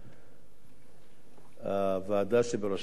הוועדה שבראשה עומד כבוד היושב-ראש,